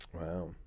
Wow